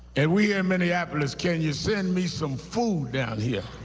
and we're in minneapolis, can you send me some food down here?